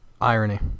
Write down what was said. irony